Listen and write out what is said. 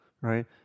right